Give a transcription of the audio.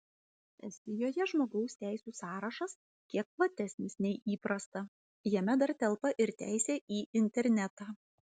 estijoje žmogaus teisių sąrašas kiek platesnis nei įprasta jame dar telpa ir teisė į internetą